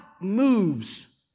moves